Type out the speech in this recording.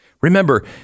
Remember